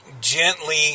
gently